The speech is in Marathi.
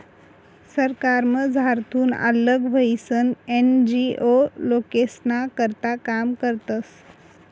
सरकारमझारथून आल्लग व्हयीसन एन.जी.ओ लोकेस्ना करता काम करतस